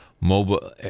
mobile